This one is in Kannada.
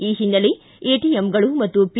ಈ ಹಿನ್ನೆಲೆ ಎಟಿಎಂಗಳು ಮತ್ತು ಪಿ